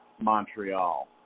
Montreal